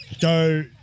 go –